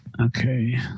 okay